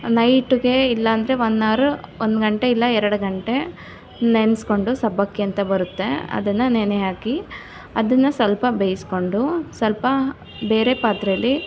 ನೈಟ್ಗೆ ಇಲ್ಲಂದ್ರೆ one or ಒಂದು ಗಂಟೆ ಇಲ್ಲ ಎರಡು ಗಂಟೆ ನೆನೆಸಿಕೊಂಡು ಸಬ್ಬಕ್ಕಿ ಅಂತ ಬರುತ್ತೆ ಅದನ್ನು ನೆನೆ ಹಾಕಿ ಅದನ್ನು ಸ್ವಲ್ಪ ಬೇಯಿಸಿಕೊಂಡು ಸ್ವಲ್ಪ ಬೇರೆ ಪಾತ್ರೆಲಿ